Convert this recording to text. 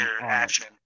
action